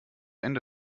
ende